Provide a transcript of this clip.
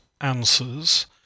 answers